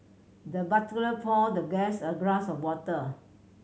the butler poured the guest a glass of water